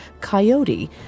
Coyote